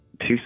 two